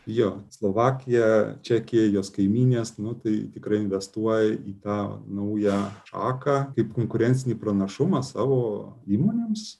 jo slovakija čekija jos kaimynės nu tai tikrai investuoja į tą naują šaką kaip konkurencinį pranašumą savo įmonėms